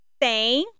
tem